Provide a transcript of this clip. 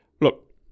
Look